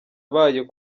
bayo